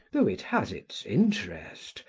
though it has its interest,